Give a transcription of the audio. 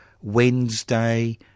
Wednesday